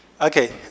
Okay